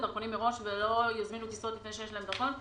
הדרכונים מראש ולא יזמינו טיסות לפני שיש להם דרכון.